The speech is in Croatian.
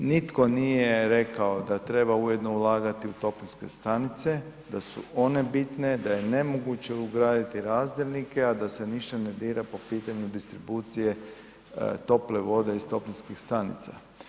Nitko nije rekao da treba ujedno ulagati u toplinske stanice, da su one bitne da je nemoguće ugraditi razdjelnike, a da se ništa ne dira po pitanju distribucije tople vode iz toplinskih stanica.